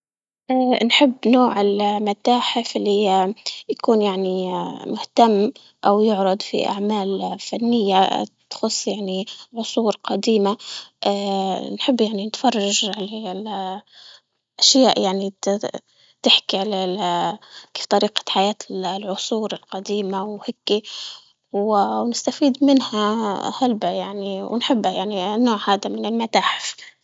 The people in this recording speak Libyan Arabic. اه الحب نوع المتاحف اللي تكون يعني اه مهتم أو يعرض في اعمال فنية تخص يعني عصور قديمة، اه نحب يعني نتفرج يعني أشياء يعني تحكي عليه كيف طريقة حياة العصور قديمة وهيك، ونستفيد منها يعني ونحبها يعني النوع هذا من النتاح.